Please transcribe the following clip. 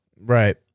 right